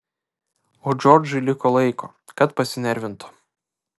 o džordžui liko laiko kad pasinervintų